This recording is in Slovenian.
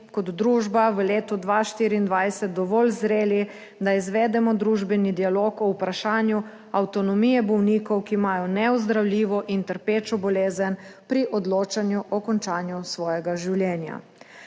kot družba v letu 2024 dovolj zreli, da izvedemo družbeni dialog o vprašanju avtonomije bolnikov, ki imajo neozdravljivo in trpečo bolezen pri odločanju o končanju svojega življenja.